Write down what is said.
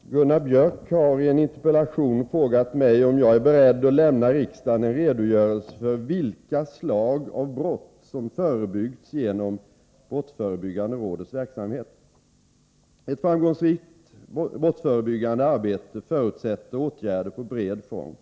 Herr talman! Gunnar Biörck i Värmdö har i en interpellation frågat mig om jag är beredd att lämna riksdagen en redogörelse för vilka slag av brott som förebyggts genom brottsförebyggande rådets verksamhet. Ett framgångsrikt brottsförebyggande arbete förutsätter åtgärder på bred front.